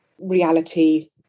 reality